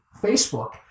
Facebook